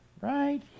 Right